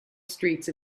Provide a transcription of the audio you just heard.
streets